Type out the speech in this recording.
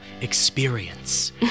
experience